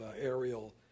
aerial